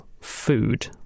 food